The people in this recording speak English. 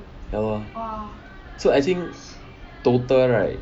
ya lor so I think total right